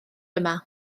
yma